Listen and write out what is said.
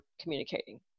communicating